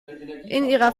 ihrer